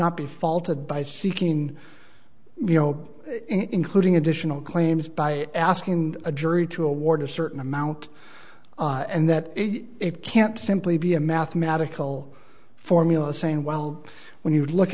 not be faulted by seeking you know including additional claims by asking a jury to award a certain amount and that it can't simply be a mathematical formula saying well when you look